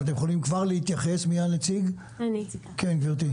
כן, גבירתי.